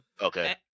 Okay